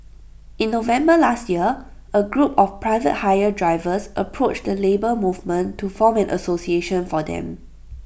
in November last year A group of private hire drivers approached the Labour Movement to form an association for them